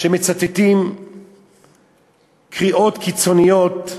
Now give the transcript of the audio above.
שמצטטים קריאות קיצוניות,